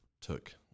took